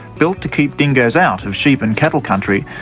built to keep dingoes out of sheep and cattle country,